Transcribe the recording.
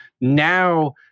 now